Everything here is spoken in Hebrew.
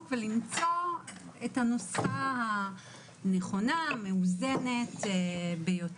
ולמצוא את הנוסחה הנכונה והמאוזנת ביותר.